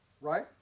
right